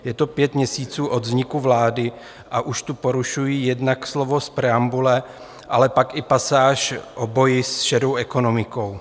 Je to pět měsíců od vzniku vlády, a už tu porušují jednak slova z preambule, ale pak i pasáž o boji s šedou ekonomikou.